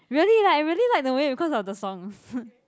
really lah I really like the movie because of the song